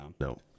No